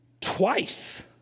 twice